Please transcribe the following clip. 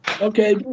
Okay